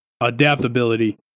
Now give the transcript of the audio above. adaptability